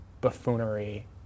buffoonery